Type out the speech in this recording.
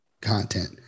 content